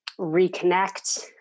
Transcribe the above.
reconnect